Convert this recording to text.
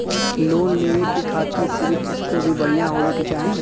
Loan लेवे के खातिन सिविल स्कोर भी बढ़िया होवें के चाही?